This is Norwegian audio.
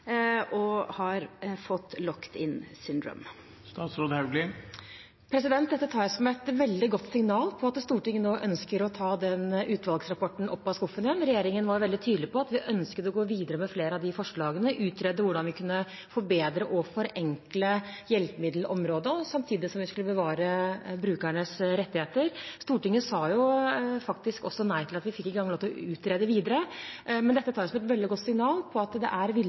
og fått «locked-in-syndrom». Dette tar jeg som et veldig godt signal om at Stortinget nå ønsker å ta utvalgsrapporten opp av skuffen igjen. Regjeringen var veldig tydelig på at vi ønsket å gå videre med flere av forslagene og utrede hvordan vi kunne forbedre og forenkle hjelpemiddelområdet, samtidig som vi skulle bevare brukernes rettigheter. Stortinget sa faktisk også nei slik at vi ikke engang fikk lov til å utrede videre. Men dette tar jeg som et veldig godt signal om at det er